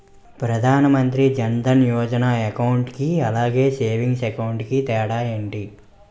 Pradhan Mantri Jan Dhan Yojana account కి అలాగే savings account కి తేడా ఏంటి?